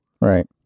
Right